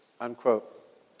unquote